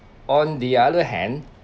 on the other hand